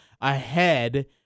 ahead